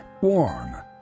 warm